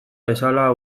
bezala